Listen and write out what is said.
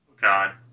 God